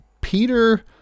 Peter